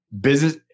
business